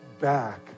back